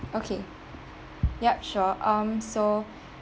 okay yup sure um so